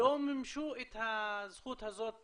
שלא מימשו את הזכות הזאת